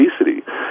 obesity